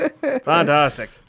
Fantastic